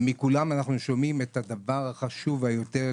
ומכולם אנו שועים את הדבר החשוב ביותר,